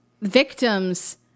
victims